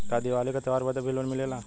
का दिवाली का त्योहारी बदे भी लोन मिलेला?